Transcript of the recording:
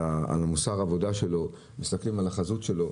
על מוסר העבודה שלו, מסתכלים על החזות שלו,